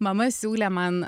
mama siūlė man